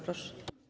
Proszę.